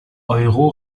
euro